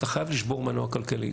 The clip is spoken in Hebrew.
אתה חייב לשבור מנוע כלכלי.